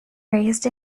raised